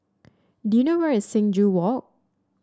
do you know where is Sing Joo Walk